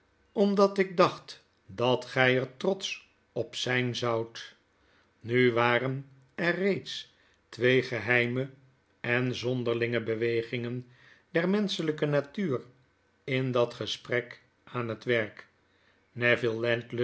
omdat ik dacht dat gy er trotsch op zyn zoudt nu waren er reeds twee geheime en zonderlinge bewegingen der menscheiyke natuur in dat gesprek aan het werk